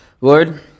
Lord